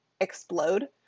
explode